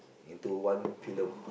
into one film